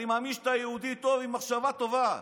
אני מאמין שאתה יהודי טוב עם מחשבה טובה: